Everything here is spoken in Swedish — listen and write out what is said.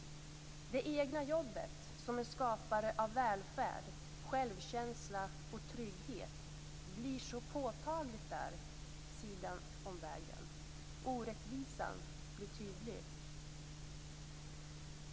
Det egna jobbet som en skapare av välfärd, självkänsla och trygghet blir så påtagligt på den sidan om vägen. Orättvisan blir tydlig.